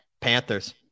Panthers